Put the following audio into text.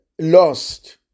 lost